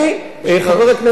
חבר הכנסת דנון,